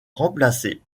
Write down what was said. remplacée